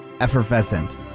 Effervescent